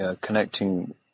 connecting